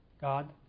God